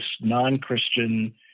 non-Christian